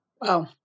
Wow